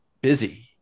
busy